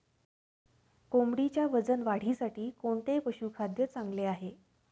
कोंबडीच्या वजन वाढीसाठी कोणते पशुखाद्य चांगले?